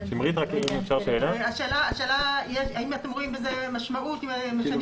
שאלה האם אתם רואים משמעות אם משנים